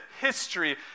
history